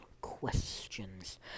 questions